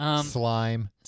Slime